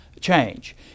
change